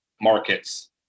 markets